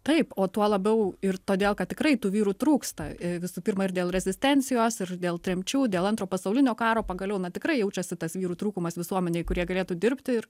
taip o tuo labiau ir todėl kad tikrai tų vyrų trūksta visų pirma ir dėl rezistencijos ir dėl tremčių dėl antro pasaulinio karo pagaliau na tikrai jaučiasi tas vyrų trūkumas visuomenėj kurie galėtų dirbti ir